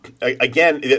Again